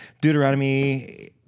Deuteronomy